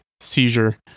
seizure